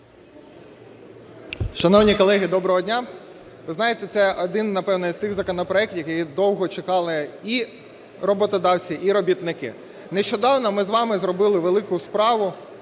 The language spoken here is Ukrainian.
Шановні колеги, доброго дня. Ви знаєте, це один, напевне, з тих законопроектів, який довго чекали і роботодавці, і робітники. Нещодавно ми з вами зробили велику справу